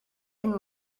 and